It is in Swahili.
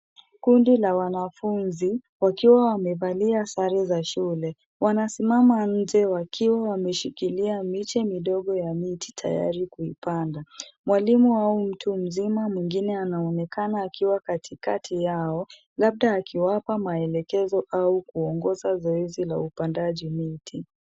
Kundi la wanafunzi wakiwa wamevalia sare za shule. Wanasimama nje wakiwa wameshikilia miche midogo ya miti tayari kuipanda. Mwalimu wao mtu mzima mwingine anaonekana akiwa katikati yao, labda akiwapa maelekezo au kuongoza zoezi la upandaji miti.